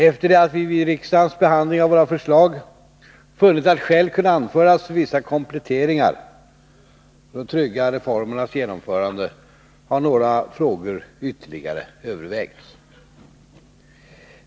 Efter det att vi vid riksdagens behandling av våra förslag funnit att skäl kunde anföras för vissa kompletteringar för att trygga reformernas genomförande har några frågor ytterligare övervägts.